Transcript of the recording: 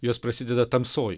jos prasideda tamsoj